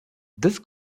this